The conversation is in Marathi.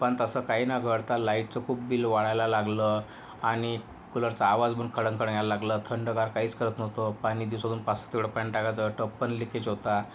पन तसं काहीे न घडता लाईटचं खूप बिल वाढायला लागलं आणि कूलरचा आवाजपण खडंग खडंग यायला लागलं थंडगार काहीेच करत नव्हतं पाणी दिवसातून पाचसात वेळा पाणी टाकायचं टबपण लीकेज होता